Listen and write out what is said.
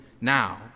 now